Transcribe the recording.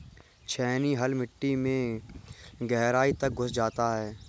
छेनी हल मिट्टी में गहराई तक घुस सकता है